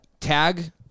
Tag